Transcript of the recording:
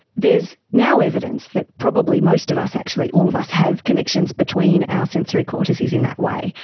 there's now evidence that probably most of us actually all of us have connections between our sensory cortices in that way.